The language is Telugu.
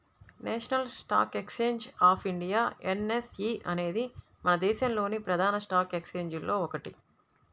national stock exchange of India NSE అనేది మన దేశంలోని ప్రధాన స్టాక్ ఎక్స్చేంజిల్లో ఒకటి